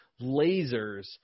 lasers